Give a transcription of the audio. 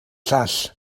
llall